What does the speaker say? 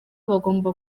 bagomba